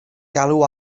galw